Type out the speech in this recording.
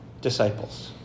disciples